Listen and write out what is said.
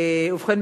ובכן,